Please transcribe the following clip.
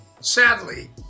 Sadly